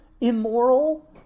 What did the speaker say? immoral